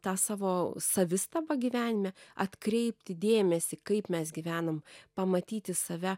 tą savo savistabą gyvenime atkreipti dėmesį kaip mes gyvenam pamatyti save